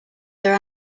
their